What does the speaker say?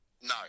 No